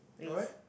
race